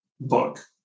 book